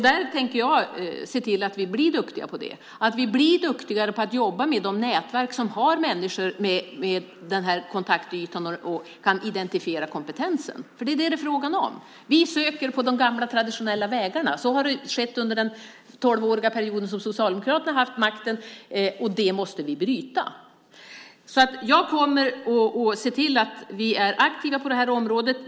Där tänker jag se till att vi blir duktiga på det, att vi blir duktigare på att jobba med nätverk, det vill säga där det finns människor med dessa kontaktytor som kan identifiera kompetensen. Det är vad det är fråga om. Vi söker på de gamla traditionella vägarna. Så har skett under den tolvåriga period som Socialdemokraterna har haft makten, och det måste vi bryta. Jag kommer att se till att vi är aktiva på området.